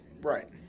Right